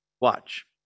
Watch